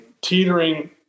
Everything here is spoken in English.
teetering